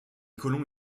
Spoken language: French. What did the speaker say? colons